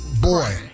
boy